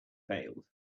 failed